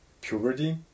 puberty